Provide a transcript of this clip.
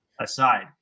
aside